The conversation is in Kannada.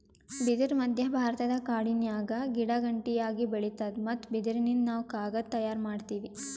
ಬಿದಿರ್ ಮಧ್ಯಭಾರತದ ಕಾಡಿನ್ಯಾಗ ಗಿಡಗಂಟಿಯಾಗಿ ಬೆಳಿತಾದ್ ಮತ್ತ್ ಬಿದಿರಿನಿಂದ್ ನಾವ್ ಕಾಗದ್ ತಯಾರ್ ಮಾಡತೀವಿ